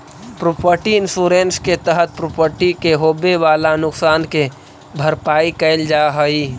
property insurance के तहत property के होवेऽ वाला नुकसान के भरपाई कैल जा हई